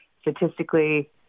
statistically